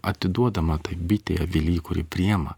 atiduodama tai bitei avily kuri priima